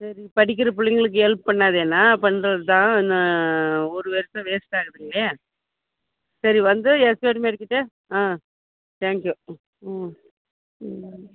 சரி படிக்கிற பிள்ளைங்களுக்கு ஹெல்ப் பண்ணாதேன்னா பண்ணுறதுதான் ஒரு வருஷம் வேஸ்ட் ஆகுதுங்களே சரி வந்து ஹெச்ஓடி மேடம்கிட்ட ஆ தேங்க் யூ ம் ம்